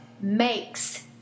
makes